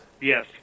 Yes